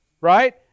Right